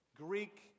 Greek